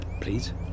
Please